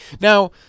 Now